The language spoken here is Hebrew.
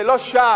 זה לא שם.